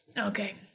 okay